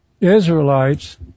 Israelites